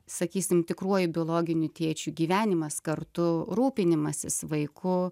sakysim tikruoju biologiniu tėčiu gyvenimas kartu rūpinimasis vaiku